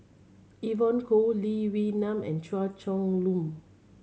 Evon Kow Lee Wee Nam and Chua Chong Long